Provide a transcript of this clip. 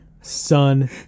son